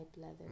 leather